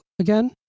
again